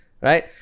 right